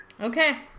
okay